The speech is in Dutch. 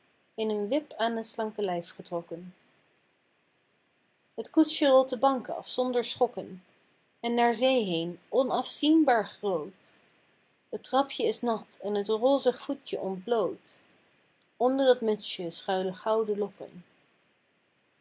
in een wip aan t slanke lijf getrokken t koetsje rolt de bank af zonder schokken en naar zee heen onafzienbaar groot t trapje is nat en t rozig voetje ontbloot onder t mutsje schuilen gouden lokken